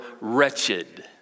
wretched